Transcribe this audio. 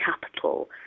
capital